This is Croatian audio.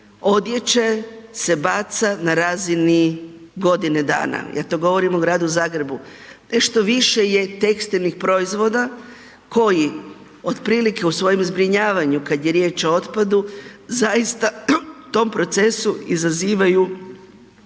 odjeće se baca na razini godine dana. Ja to govorim o Gradu Zagrebu, nešto više tekstilnih proizvoda koji otprilike u svojem zbrinjavanju kad je riječ o otpadu zaista u tom procesu iza velike